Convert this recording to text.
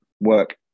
work